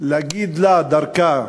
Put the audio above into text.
להגיד לה, דרכה,